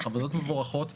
ועדות מבורכות,